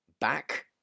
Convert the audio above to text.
back